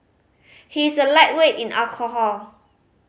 he is a lightweight in alcohol